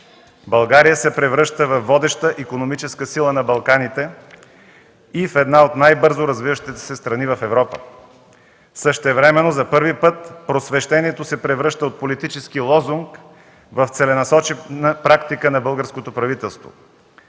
България се превръща във водеща икономическа сила на Балканите и в една от най-бързо развиващите се страни в Европа. Същевременно за първи път Просвещението се превръща от политически лозунг в целенасочена практика на българското правителство.